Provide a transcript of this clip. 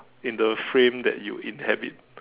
in the frame that you in habit